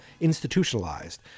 institutionalized